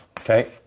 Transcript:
Okay